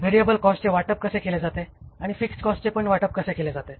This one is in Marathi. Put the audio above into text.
व्हेरिएबल कॉस्टचे वाटप कसे केले जाते फिक्स्ड कॉस्टचे कसे वाटप केले जाते